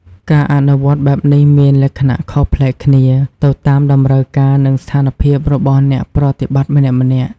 ការអនុវត្តន៍បែបនេះមានលក្ខណៈខុសប្លែកគ្នា ទៅតាមតម្រូវការនិងស្ថានភាពរបស់អ្នកប្រតិបត្តិម្នាក់ៗ។